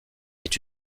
est